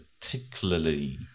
particularly